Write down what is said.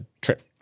trip